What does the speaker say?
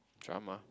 drama